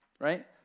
Right